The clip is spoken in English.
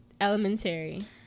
elementary